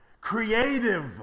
creative